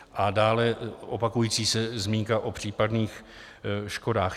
A dále, opakující se zmínka o případných škodách.